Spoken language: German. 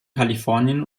kalifornien